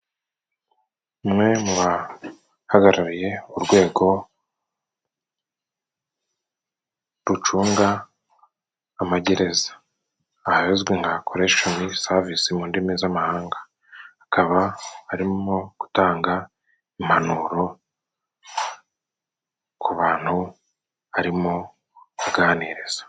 Umwe mu bahagarariye urwego rucunga amagereza ahazwi nka koregisheni savisizi mu ndimi z'amahanga hakaba harimo gutanga impanuro ku bantu arimo aganiriza.